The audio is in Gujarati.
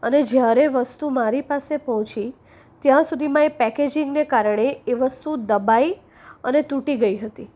અને જ્યારે વસ્તુ મારી પાસે પહોંચી ત્યાં સુધીમાં એ પેકેજિંગને કારણે એ વસ્તુ દબાઈ અને તૂટી ગઈ હતી